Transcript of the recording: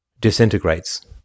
disintegrates